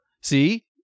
See